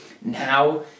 now